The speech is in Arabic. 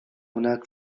هناك